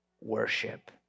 worship